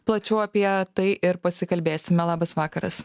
plačiau apie tai ir pasikalbėsime labas vakaras